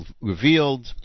revealed